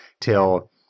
till